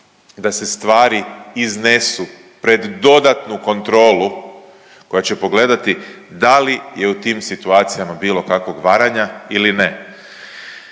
da se stvari iznesu pred dodatnu kontrolu koja će pogledati da li je u tim situacijama bilo kakvog varanja ili ne.